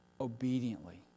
obediently